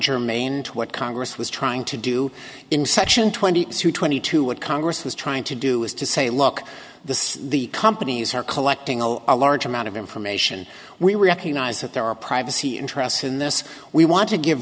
germane to what congress was trying to do in section twenty twenty two what congress was trying to do is to say look the the companies are collecting a large amount of information we recognize that there are privacy interests in this we want to give